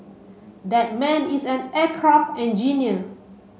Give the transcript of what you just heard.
that man is an aircraft engineer